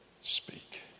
speak